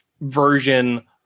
version